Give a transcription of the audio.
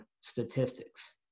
statistics